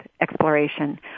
exploration